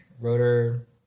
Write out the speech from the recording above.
rotor